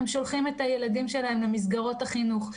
הם שולחים את הילדים שלהם למסגרות החינוך.